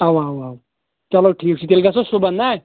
اَوا اَوا اَوا چلو ٹھیٖک چھُ تیٚلہِ گژھو صُبَحن نا